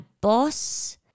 boss